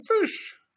fish